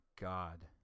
god